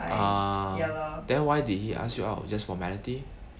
uh then why did he ask you out just formality